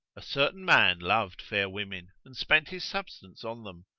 a certain man loved fair women, and spent his substance on them,